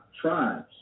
tribes